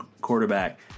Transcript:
quarterback